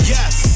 Yes